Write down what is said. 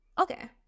Okay